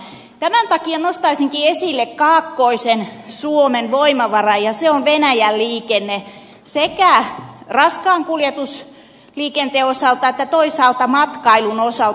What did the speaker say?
tämän takia nostaisinkin esille kaakkoisen suomen voimavaran ja se on venäjän liikenne sekä raskaan kuljetusliikenteen osalta että toisaalta matkailun osalta